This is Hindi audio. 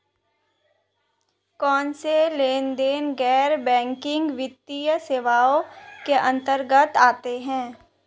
कौनसे लेनदेन गैर बैंकिंग वित्तीय सेवाओं के अंतर्गत आते हैं?